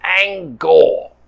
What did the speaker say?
Angor